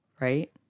right